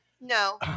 no